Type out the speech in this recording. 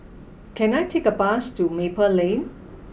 can I take a bus to Maple Lane